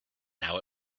now